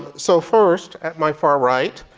so first at my far right,